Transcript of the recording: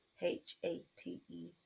H-A-T-E